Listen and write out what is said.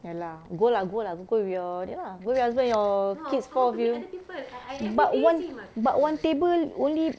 ya lah go lah go lah go with your ini lah go with your husband your kids four of you but one but one table only